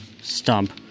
stump